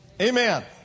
Amen